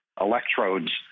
electrodes